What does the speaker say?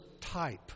Type